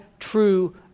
true